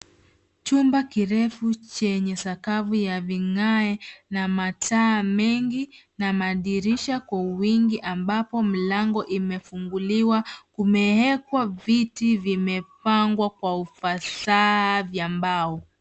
Chumba kirefu chenye sakafu ya vigae na mataa mengi na madirisha kwa wingi ambapo mlango imefunguliwa, kumewekwa viti vimepangwa kwa ufasaha vya mbao.